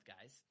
guys